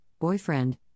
boyfriend